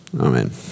Amen